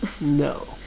no